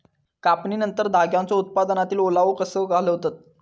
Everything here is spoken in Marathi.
कापणीनंतर धान्यांचो उत्पादनातील ओलावो कसो घालवतत?